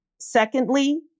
Secondly